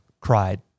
cried